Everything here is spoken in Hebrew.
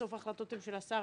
בסוף ההחלטות הן של השר,